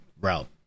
route